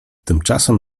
tymczasem